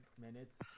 minutes